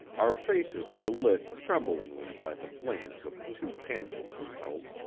our faces were lit tremblingly by the flames of the two candles we held.